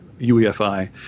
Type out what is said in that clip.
uefi